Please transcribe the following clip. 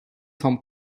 tom